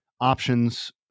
options